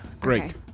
Great